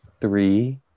three